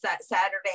Saturday